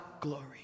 glory